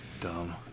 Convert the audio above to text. dumb